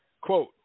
Quote